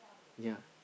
yea